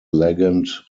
legend